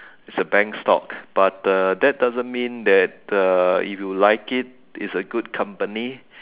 it's a bank stock but uh that doesn't mean that uh if you like it it's a good company